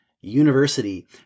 University